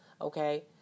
okay